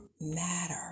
matter